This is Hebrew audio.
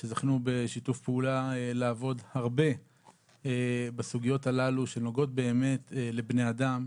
שזכינו לעבוד הרבה בשיתוף פעולה בסוגיות הללו שנוגעות באמת לבני אדם.